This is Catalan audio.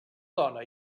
dona